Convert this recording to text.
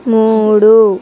మూడు